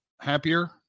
happier